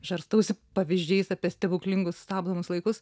žarstausi pavyzdžiais apie stebuklingus stabdomus laikus